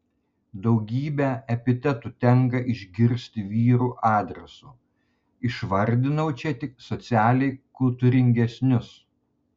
daugybę epitetų tenka išgirsti vyrų adresu išvardinau čia tik socialiai kultūringesnius